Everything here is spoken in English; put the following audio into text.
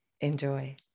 Enjoy